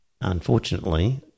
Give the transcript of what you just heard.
unfortunately